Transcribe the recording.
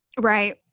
right